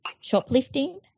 shoplifting